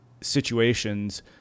situations